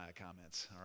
comments